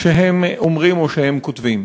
שהם אומרים או שהם כותבים.